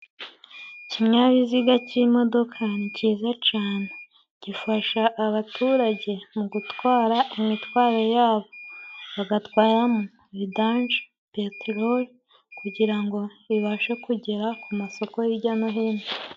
Ikinyabiziga cy'imodoka ni cyiza cane, gifasha abaturage mu gutwara imitwaro yabo, bagatwaramo vidange, peteroli kugira ngo ibashe kugera ku masoko hirya no hino.